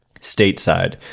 stateside